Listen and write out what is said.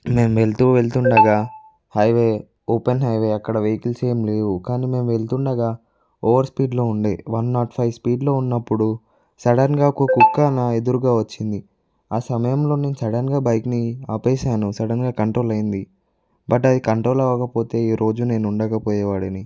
నేను వెళ్తూ వెళ్తుండగా హైవే ఓపెన్ హైవే అక్కడ వెహికల్స్ ఏమి లేవు కానీ మేము వెళ్తుండగా ఓవర్ స్పీడ్లో ఉండే వన్ నాట్ ఫైవ్ స్పీడ్లో ఉన్నప్పుడు సడన్గా ఒక కుక్కనా ఎదురుగా వచ్చింది ఆ సమయంలో నేను సడన్గా బైక్ని ఆపేశాను సడన్గా కంట్రోల్ అయింది బట్ అది కంట్రోల్ అవ్వకపోతే ఈరోజు నేను ఉండకపోయేవాడిని